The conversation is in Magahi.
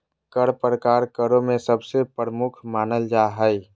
कर प्रकार करों में सबसे प्रमुख मानल जा हय